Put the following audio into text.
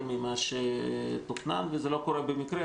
יותר ממה שתוכנן וזה לא קורה במקרה,